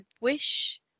wish